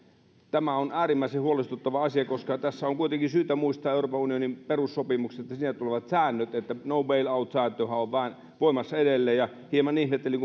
tämä on äärimmäisen huolestuttava asia tässä on kuitenkin syytä muistaa euroopan unionin perussopimukset ja niistä tulevat säännöt että no bail out sääntö on voimassa edelleen hieman ihmettelin